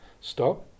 Stop